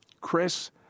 Chris